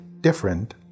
different